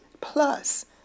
plus